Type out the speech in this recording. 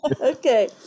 Okay